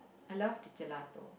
I love the Gelato